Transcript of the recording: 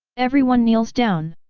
everyone kneels down!